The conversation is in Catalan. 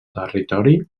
territori